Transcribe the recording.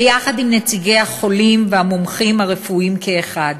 ביחד עם נציגי החולים והמומחים הרפואיים כאחד,